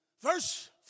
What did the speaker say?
verse